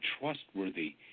trustworthy